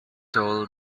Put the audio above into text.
told